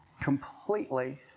Completely